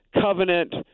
covenant